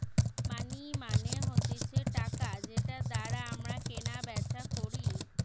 মানি মানে হতিছে টাকা যেটার দ্বারা আমরা কেনা বেচা করি